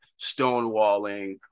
stonewalling